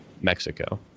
Mexico